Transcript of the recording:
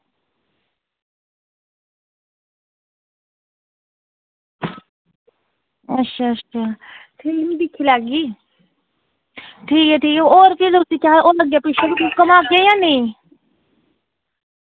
अच्छा अच्छा ठीक दिक्खी लैगी ठीक ऐ ठीक ऐ होर बी अग्गें पिच्छें घुमागै नेईं